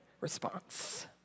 response